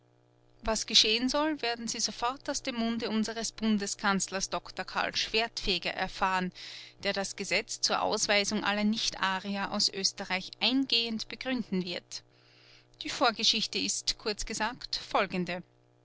was geschehen soll werden sie sofort aus dem munde unseres bundeskanzlers dr karl schwertfeger erfahren der das gesetz zur ausweisung aller nichtarier aus oesterreich eingehend begründen wird die vorgeschichte ist kurz gesagt folgende